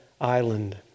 Island